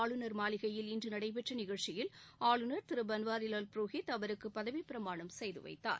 ஆளுநர் மாளிகையில் இன்று நடைபெற்ற நிகழ்ச்சியில் ஆளுநர் திரு பன்வாரிலால் புரோஹித் அவருக்கு பதவிப்பிரமாணம் செய்து வைத்தார்